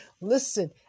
Listen